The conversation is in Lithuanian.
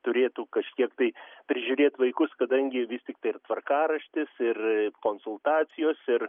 turėtų kažkiek tai prižiūrėt vaikus kadangi vis tiktai ir tvarkaraštis ir konsultacijos ir